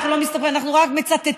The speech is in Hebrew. אנחנו לא מסתבכים, אנחנו רק מצטטים.